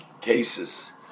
cases